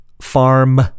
farm